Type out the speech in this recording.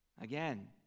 Again